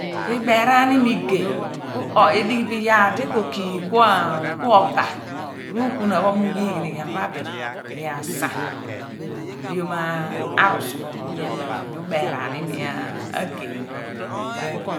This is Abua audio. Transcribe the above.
Ku ibearaan ni iimi ageu ku edi ghi bo iyaar di ko kugh ku oba ruukuhna pho mi ughiigh ni iyal pho abu li mi asa your ohleom arusu pho ophon pho mi abem bo mo ubeeraan iimi ageu pho bin